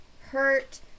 hurt